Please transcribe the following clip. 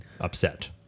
upset